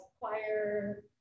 choir